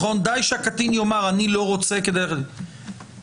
די שהקטין יאמר אני לא רוצה כדי ללכת לבית משפט.